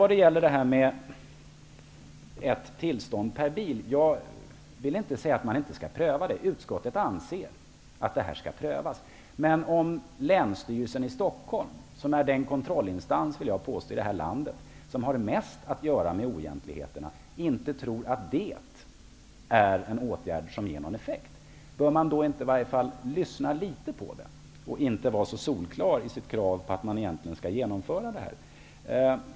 Jag vill inte säga att man inte skall pröva detta med ett tillstånd per bil. Utskottet anser att detta skall prövas. Jag vill påstå att Länsstyrelsen i Stockholm är den kontrollinstans i det här landet som har mest att göra med oegentligheterna. Bör man då inte lyssna litet på dem som jobbar med detta när de säger att de inte tror att detta är en åtgärd som ger någon effekt, i stället för att vara så solklar i sitt krav på att detta skall genomföras.